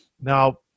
Now